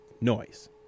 noise